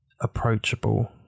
approachable